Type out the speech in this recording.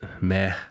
meh